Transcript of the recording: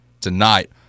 tonight